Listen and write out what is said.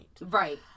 Right